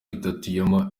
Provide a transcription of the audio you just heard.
itatu